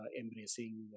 embracing